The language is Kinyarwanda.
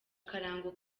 akarango